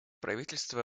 правительство